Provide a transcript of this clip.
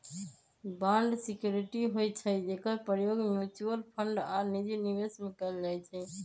bond security होइ छइ जेकर प्रयोग म्यूच्यूअल फंड आऽ निजी निवेश में कएल जाइ छइ